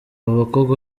bakobwa